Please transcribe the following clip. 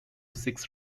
six